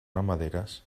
ramaderes